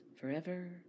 forever